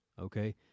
okay